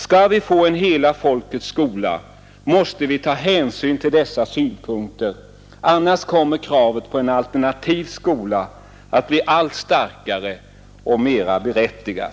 Skall vi få en hela folkets skola, måste vi ta hänsyn till dessa synpunkter, annars kommer kravet på en alternativ skola att bli allt starkare och mera berättigat.